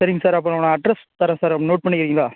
சரிங்க சார் அப்போ நான் அட்ரஸ் தரேன் சார் நோட் பண்ணிக்கிறிங்களா